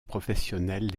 professionnelle